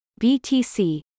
BTC